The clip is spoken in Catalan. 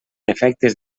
efectes